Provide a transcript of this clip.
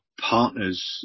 partners